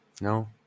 No